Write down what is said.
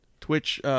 Twitch